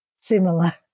similar